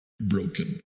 broken